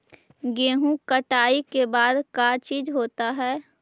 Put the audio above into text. गेहूं कटाई के बाद का चीज होता है?